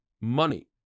money